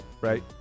right